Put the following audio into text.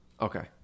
Okay